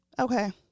okay